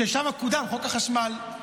שבה קודם חוק החשמל, נכון?